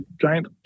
giant